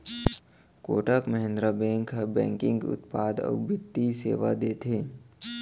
Kotak Mahindra bank ह banking उत्पाद अउ बित्तीय सेवा देथे